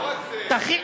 לא רק זה,